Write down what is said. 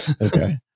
okay